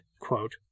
quote